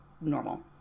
normal